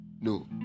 No